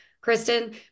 Kristen